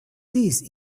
these